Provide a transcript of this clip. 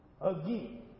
again